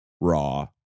raw